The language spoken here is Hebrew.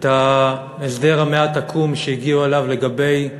את ההסדר המעט-עקום שהגיעו אליו לגבי